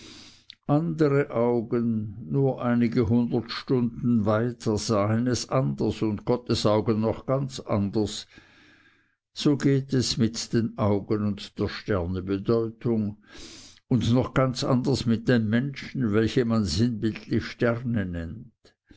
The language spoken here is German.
andere augen nur einige stunden weiter sahen es anders und gottes augen noch ganz anders so geht es mit den augen und der sterne bedeutung und noch ganz anders mit den menschen welche man sinnbildlich sterne nennt